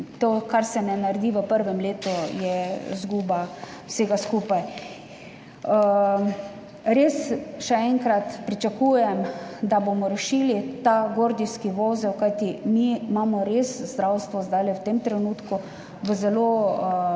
to, kar se ne naredi v prvem letu, je izguba vsega skupaj. Res, še enkrat, pričakujem, da bomo rešili ta gordijski vozel, kajti naše zdravstvo je res zdaj v tem trenutku v zelo nezavidljivem